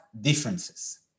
differences